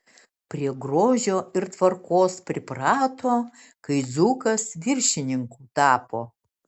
prie grožio ir tvarkos priprato kai dzūkas viršininku tapo